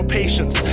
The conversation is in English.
patience